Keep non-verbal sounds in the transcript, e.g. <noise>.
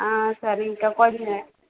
ஆ சரிங்க்கா <unintelligible>